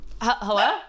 Hello